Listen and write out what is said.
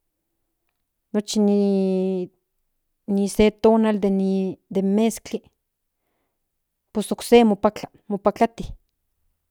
Nochi ni se tonal den meskli pues okse mopatla mopatlati.